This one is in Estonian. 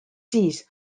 siis